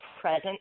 present